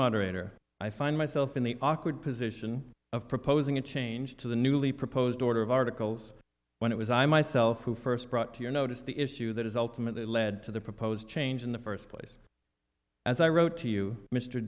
moderator i find myself in the awkward position of proposing a change to the newly proposed order of articles when it was i myself who first brought to your notice the issue that is ultimately led to the proposed change in the first place as i wrote to you mr